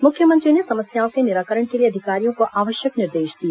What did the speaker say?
मुख्यमंत्री ने समस्याओं के निराकरण के लिए अधिकारियों को आवश्यक निर्देश दिए